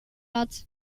hat